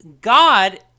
God